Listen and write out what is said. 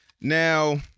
now